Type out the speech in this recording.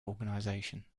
organization